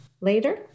later